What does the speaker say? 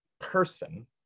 person